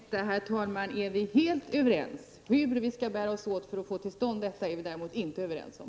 Herr talman! Om detta, herr talman, är vi helt överens. Hur vi skall bära oss åt för att åstadkomma detta är vi däremot inte överens om.